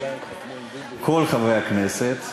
כל חברי הכנסת,